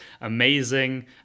amazing